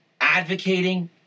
advocating